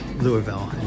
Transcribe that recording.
louisville